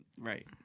Right